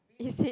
you said